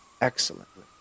excellently